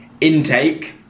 intake